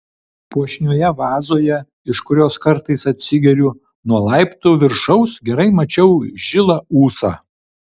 puošnioje vazoje iš kurios kartais atsigeriu nuo laiptų viršaus gerai mačiau žilą ūsą